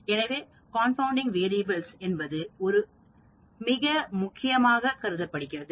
எனவே கார்ன்பவுண்டிங் மாறி என்பது ஒரு மிக முக்கியமான கருதப்படுகிறது